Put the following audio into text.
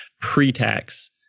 pre-tax